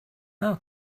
how